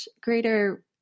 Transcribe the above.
greater